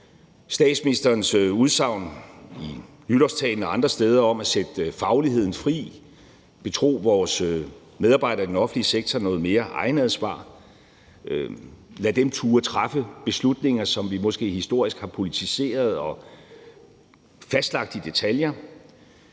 statsministerens udsagn i nytårstalen og andre steder om at sætte fagligheden fri, betro vores medarbejdere i den offentlige sektor noget mere egetansvar, lade dem turde træffe beslutninger, som vi måske historisk har politiseret og fastlagt i detaljer.